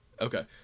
Okay